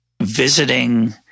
visiting